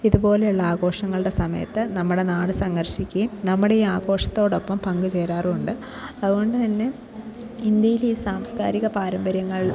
ഇതുപോലെയുള്ള ആഘോഷങ്ങളുടെ സമയത്ത് നമ്മുടെ നാട് സന്ദർശിക്കുകയും നമ്മുടെ ഈ ആഘോഷത്തോടൊപ്പം പങ്കുചേരാറുണ്ട് അതുകൊണ്ട് തന്നെ ഇന്ത്യയിലെ ഈ സാംസ്കാരിക പാരമ്പര്യങ്ങൾ